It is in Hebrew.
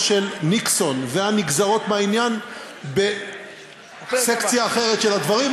של ניקסון והנגזרות מהעניין בסקציה אחרת של הדברים,